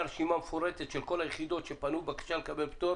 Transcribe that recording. רשימה מפורטת של כל היחידות שפנו בבקשה לקבל פטור